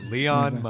Leon